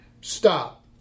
stop